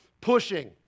pushing